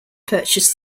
purchase